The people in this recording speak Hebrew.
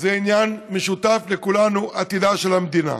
זה עניין משותף לכולנו, עתידה של המדינה.